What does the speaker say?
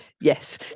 yes